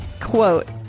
quote